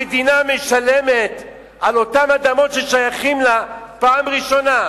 המדינה משלמת על אותן אדמות ששייכות לה פעם ראשונה.